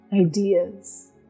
ideas